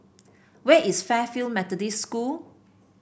where is Fairfield Methodist School